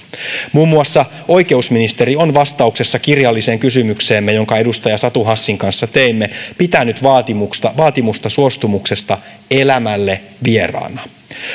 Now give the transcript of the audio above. muun muassa oikeusministeri on vastauksessa kirjalliseen kysymykseemme jonka edustaja satu hassin kanssa teimme pitänyt vaatimusta vaatimusta suostumuksesta elämälle vieraana